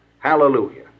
Hallelujah